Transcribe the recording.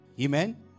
Amen